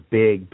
big